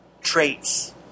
Traits